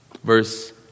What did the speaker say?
Verse